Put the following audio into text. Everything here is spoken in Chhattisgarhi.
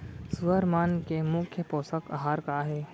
सुअर मन के मुख्य पोसक आहार का हे?